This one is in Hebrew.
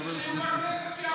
בשביל שיהיו בכנסת, שיעבדו.